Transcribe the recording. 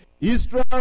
Israel